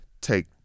take